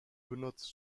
benutzt